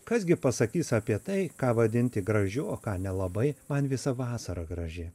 kas gi pasakys apie tai ką vadinti gražiu o ką nelabai man visa vasara graži